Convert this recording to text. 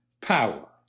power